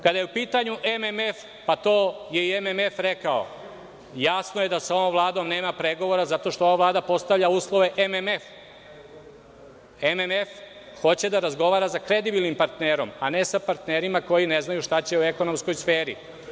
Kada je u pitanju MMF, to je i MMF rekao, jasno je da sa ovom Vladom nema pregovora zato što ova Vlada postavlja uslove MMF, MMF hoće da razgovara sa kredibilnim partnerom, a ne sa partnerima koji ne znaju šta će u ekonomskoj sferi.